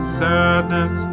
sadness